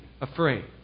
afraid